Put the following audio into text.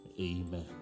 Amen